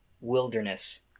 wilderness